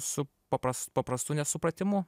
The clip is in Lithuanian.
su papras paprastu nesupratimu